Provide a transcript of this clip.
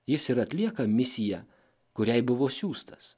jis ir atlieka misiją kuriai buvo siųstas